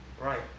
Right